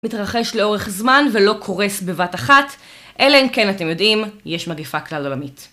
מתרחש לאורך זמן ולא קורס בבת אחת, אלא אם כן אתם יודעים, יש מגיפה כלל עולמית.